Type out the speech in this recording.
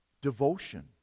devotion